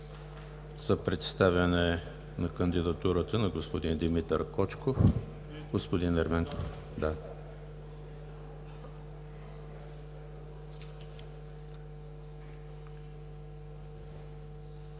За представяне на кандидатурата на господин Димитър Кочков – господин Ерменков.